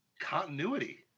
Continuity